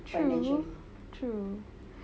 true true